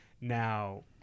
Now